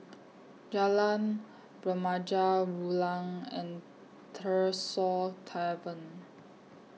Jalan Remaja Rulang and Tresor Tavern